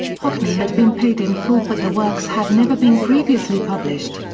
hockney had been paid in full but the works had never been previously published.